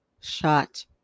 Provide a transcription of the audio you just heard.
shot